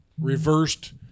reversed